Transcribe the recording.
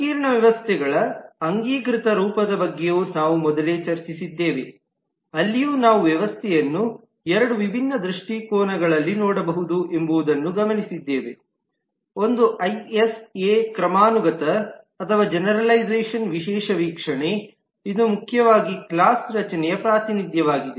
ಸಂಕೀರ್ಣ ವ್ಯವಸ್ಥೆಗಳ ಅಂಗೀಕೃತ ರೂಪದ ಬಗ್ಗೆಯೂ ನಾವು ಮೊದಲೇ ಚರ್ಚಿಸಿದ್ದೇವೆ ಅಲ್ಲಿ ನಾವು ವ್ಯವಸ್ಥೆಯನ್ನು ಎರಡು ವಿಭಿನ್ನ ದೃಷ್ಟಿಕೋನಗಳಲ್ಲಿ ನೋಡಬಹು ದು ಎಂಬುದನ್ನು ಗಮನಿಸಿದ್ದೇವೆ ಒಂದು ಐಎಸ್ ಎ ಕ್ರಮಾನುಗತ ಅಥವಾ ಜೆನೆರಲೈಝಷನ್ ವಿಶೇಷ ವೀಕ್ಷಣೆ ಇದು ಮುಖ್ಯವಾಗಿ ಕ್ಲಾಸ್ ರಚನೆಯ ಪ್ರಾತಿನಿಧ್ಯವಾಗಿದೆ